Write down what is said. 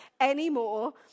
anymore